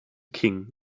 king